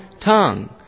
tongue